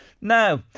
Now